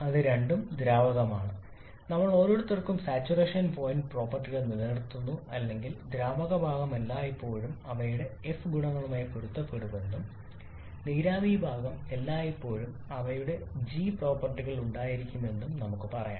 അത് രണ്ടും ദ്രാവകമാണ് നമ്മൾ ഓരോരുത്തർക്കും സാച്ചുറേഷൻ പോയിന്റ് പ്രോപ്പർട്ടികൾ നിലനിർത്തുന്നു അല്ലെങ്കിൽ ദ്രാവക ഭാഗം എല്ലായ്പ്പോഴും അവയുടെ എഫ് ഗുണങ്ങളുമായി പൊരുത്തപ്പെടുമെന്നും നീരാവി ഭാഗം എല്ലായ്പ്പോഴും അവയുടെ ജി പ്രോപ്പർട്ടികൾ ഉണ്ടായിരിക്കുമെന്നും നമുക്ക് പറയാം